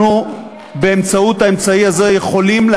אנחנו באמצעות האמצעי הזה יכולים,